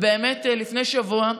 לפני שבוע,